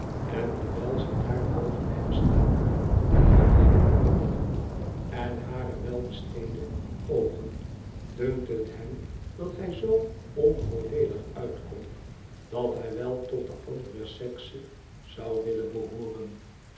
en terwijl zij daar boven hem staat met hare harde manieren en hare weibestede oogen dunkt het hem dat hij zoo onvoordeelig uitkomt dat hij wel tot de andere sekse zou willen behooren